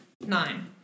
Nine